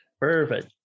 Perfect